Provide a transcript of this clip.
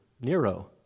Nero